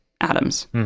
atoms